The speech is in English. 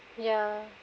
ya